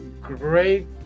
Great